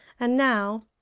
and now,